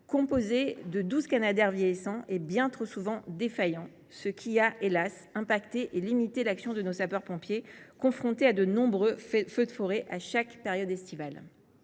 composée de douze canadairs vieillissants, et bien trop souvent défaillants, ce qui a, hélas ! affecté et limité l’action de nos sapeurs pompiers, confrontés à de nombreux feux de forêt à chaque période estivale.